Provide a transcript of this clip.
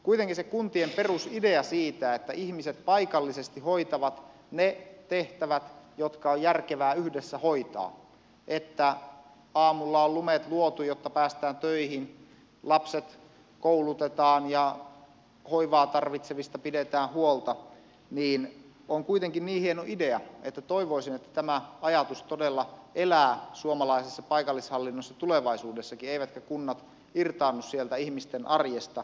kuitenkin se kuntien perusidea siitä että ihmiset paikallisesti hoitavat ne tehtävät jotka on järkevää yhdessä hoitaa että aamulla on lumet luotu jotta päästään töihin lapset koulutetaan ja hoivaa tarvitsevista pidetään huolta on niin hieno idea että toivoisin että tämä ajatus todella elää suomalaisessa paikallishallinnossa tulevaisuudessakin eivätkä kunnat irtaannu sieltä ihmisten arjesta